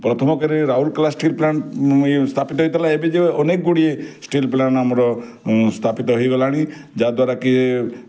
ପ୍ରଥମ କରି Rourkela steel plant ସ୍ଥାପିତ ହେଇଥିଲା ଏବେ ଯେଉଁ ଅନେକ ଗୁଡ଼ିଏ ଷ୍ଟିଲ୍ ପ୍ଲାଣ୍ଟ୍ ଆମର ସ୍ଥାପିତ ହେଇଗଲାଣି ଯା'ଦ୍ଵାରାକି